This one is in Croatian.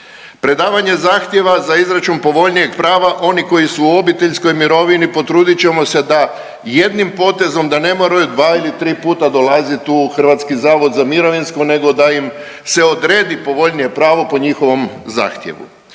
predavanje zahtjeva za izračun povoljnijeg prava, oni koji su u obiteljskoj mirovini potrudit ćemo se da jednim potezom da ne moraju dva ili tri put dolazit tu u Hrvatski zavod za mirovinsko nego da im se odredi povoljnije pravo po njihovom zahtjevu.